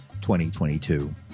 2022